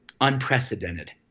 unprecedented